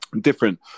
different